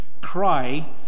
cry